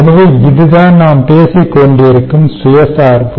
எனவே இதுதான் நாம் பேசிக் கொண்டிருக்கும் சுயசார்பு